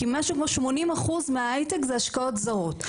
כי משהו כמו 80% מההייטק זה השקעות זרות.